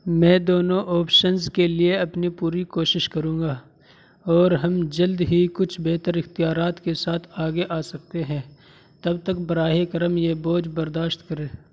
میں دونوں آپشنز کے لیے اپنی پوری کوشش کروں گا اور ہم جلد ہی کچھ بہتر اختیارات کے ساتھ آگے آ سکتے ہیں تب تک براہ کرم یہ بوجھ برداشت کرے